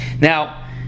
Now